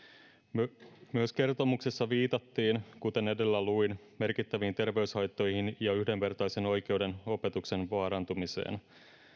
myös kertomuksessa viitattiin kuten edellä luin merkittäviin terveyshaittoihin ja yhdenvertaisen oikeuden opetukseen vaarantumiseen